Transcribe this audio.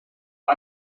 him